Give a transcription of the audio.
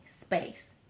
space